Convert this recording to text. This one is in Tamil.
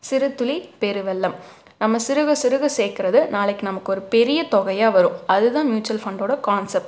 சிறு துளி பெரு வெள்ளம் நம்ம சிறுக சிறுக சேர்க்கறது நாளைக்கு நமக்கு ஒரு பெரிய தொகையாக வரும் அது தான் மியூச்சுவல் ஃபண்டோட கான்செப்ட்